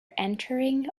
entering